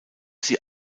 sie